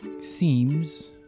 Seems